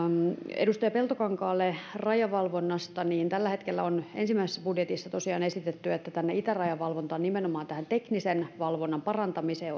edustaja peltokankaalle rajavalvonnasta tällä hetkellä on ensimmäisessä budjetissa tosiaan esitetty lisäresursseja itärajan valvontaan nimenomaan tähän teknisen valvonnan parantamiseen